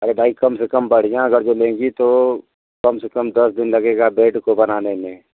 अरे भाई कम से कम बढ़ियाँ अगर जो लेंगी तो कम से कम दस दिन लगेगा बेड को बनाने में